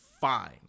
fine